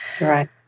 right